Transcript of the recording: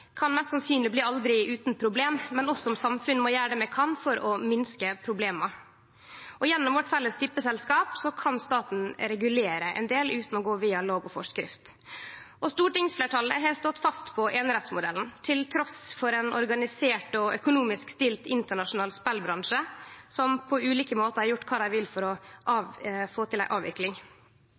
kan mest sannsynleg aldri bli utan problem, men vi som samfunn må gjere det vi kan for å minske problema. Gjennom vårt felles tippeselskap kan staten regulere ein del utan å gå via lov og forskrift. Stortingsfleirtalet har stått fast på einerettsmodellen, trass i ein organisert og økonomisk godt stilt internasjonal spelbransje som på ulike måtar har gjort kva dei vil for å få til ei avvikling.